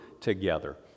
together